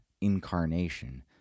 incarnation